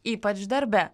ypač darbe